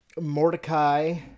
mordecai